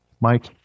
Mike